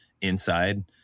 inside